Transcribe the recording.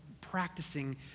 practicing